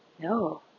No